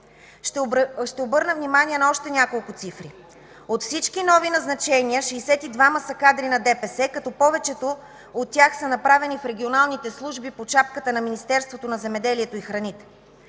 Ще обърна внимание на още няколко цифри. От всички нови назначения 62-ма са кадри на ДПС, като повечето от тях са направени в регионалните служби под шапката на Министерството на земеделието и храните.